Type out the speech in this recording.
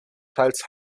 teils